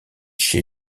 chez